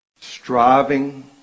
striving